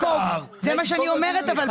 זה מה שאני אומרת אבל,